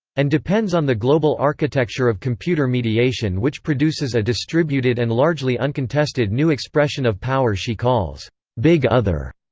and depends on the global architecture of computer mediation which produces a distributed and largely uncontested new expression of power she calls big other.